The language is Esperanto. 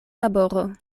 laboro